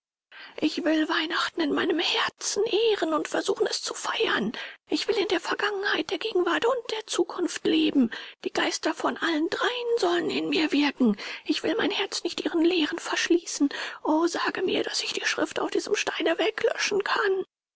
ich will weihnachten in meinem herzen ehren und versuchen es zu feiern ich will in der vergangenheit der gegenwart und der zukunft leben die geister von allen dreien sollen in mir wirken ich will mein herz nicht ihren lehren verschließen o sage mir daß ich die schrift auf diesem steine weglöschen kann